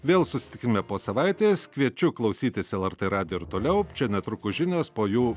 vėl susitikime po savaitės kviečiu klausytis lrt radijo ir toliau čia netrukus žinios po jų